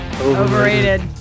Overrated